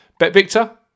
BetVictor